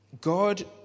God